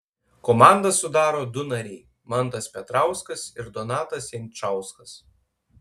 komandą sudaro du nariai mantas petrauskas ir donatas jančauskas